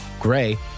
Gray